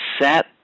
set